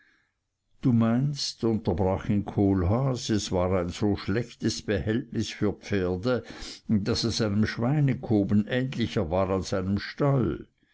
du meinst unterbrach ihn kohlhaas es war ein so schlechtes behältnis für pferde daß es einem schweinekoben ähnlicher war als einem stall